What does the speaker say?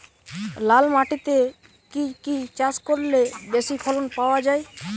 লাল মাটিতে কি কি চাষ করলে বেশি ফলন পাওয়া যায়?